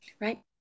Right